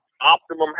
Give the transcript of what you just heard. optimum